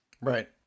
Right